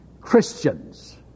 Christians